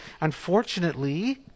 unfortunately